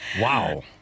wow